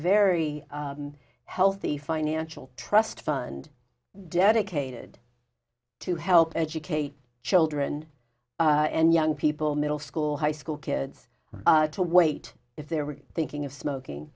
very healthy financial trust fund dedicated to help educate children and young people middle school high school kids to wait if they were thinking of smoking